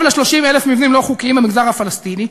ל-30,000 מבנים לא חוקיים במגזר הפלסטיני,